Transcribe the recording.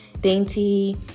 dainty